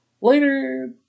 Later